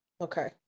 Okay